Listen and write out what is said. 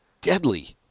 Deadly